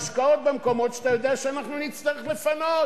ההשקעות במקומות שאתה יודע שאנחנו נצטרך לפנות.